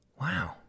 wow